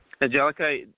Angelica